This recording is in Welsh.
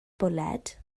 bwled